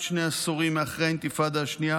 שני עשורים אחרי האינתיפאדה השנייה.